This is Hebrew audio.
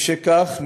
משכך,